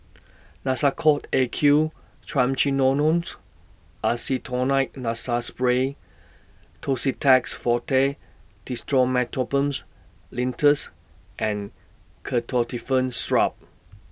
Nasacort A Q Triamcinolones Acetonide Nasal Spray Tussidex Forte Dextromethorphans Linctus and Ketotifen Syrup